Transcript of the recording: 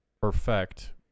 perfect